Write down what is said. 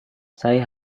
saya